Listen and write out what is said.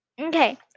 okay